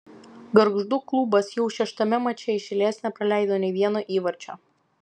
gargždų klubas jau šeštame mače iš eilės nepraleido nei vieno įvarčio